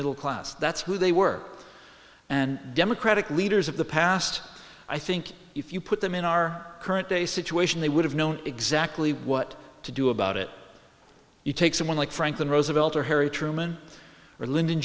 middle class that's who they work and democratic leaders of the past i think if you put them in our current day situation they would have known exactly what to do about it you take someone like franklin roosevelt or harry truman or lyndon